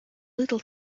little